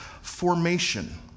formation